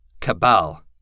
Cabal